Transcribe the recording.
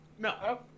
no